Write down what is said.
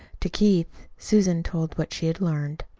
to keith susan told what she had learned.